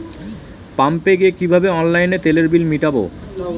পাম্পে গিয়ে কিভাবে অনলাইনে তেলের বিল মিটাব?